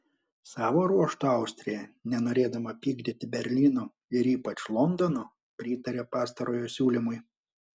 savo ruožtu austrija nenorėdama pykdyti berlyno ir ypač londono pritarė pastarojo siūlymui